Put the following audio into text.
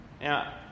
now